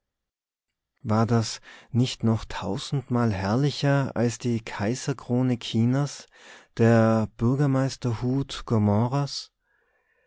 war das nicht noch tausendmal herrlicher als die kaiserkrone chinas der bürgermeisterhut